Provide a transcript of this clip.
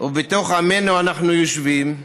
ובתוך עמנו אנחנו יושבים.